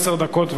עשר דקות.